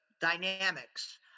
dynamics